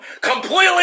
Completely